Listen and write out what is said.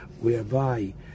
whereby